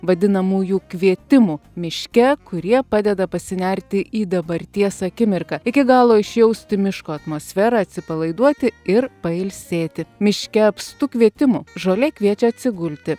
vadinamųjų kvietimų miške kurie padeda pasinerti į dabarties akimirką iki galo išjausti miško atmosferą atsipalaiduoti ir pailsėti miške apstu kvietimų žolė kviečia atsigulti